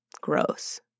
gross